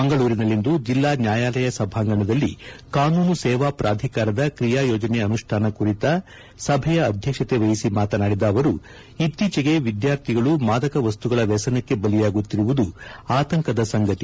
ಮಂಗಳೂರಿನಲ್ಲಿಂದು ಜಿಲ್ಲಾ ನ್ಯಾಯಾಲಯ ಸಭಾಂಗಣದಲ್ಲಿ ಕಾನೂನು ಸೇವಾ ಪ್ರಾಧಿಕಾರದ ಕ್ರಿಯಾ ಯೋಜನೆ ಅನುಷ್ಠಾನ ಕುರಿತ ಸಭೆಯ ಅಧ್ಯಕ್ಷತೆ ವಹಿಸಿ ಮಾತನಾಡಿದ ಅವರು ಇತ್ತೀಚೆಗೆ ವಿದ್ಯಾರ್ಥಿಗಳು ಮಾದಕ ವಸ್ತುಗಳ ವ್ಯಸನಕ್ಕೆ ಬಲಿಯಾಗುತ್ತಿರುವುದು ಆತಂಕದ ಸಂಗತಿ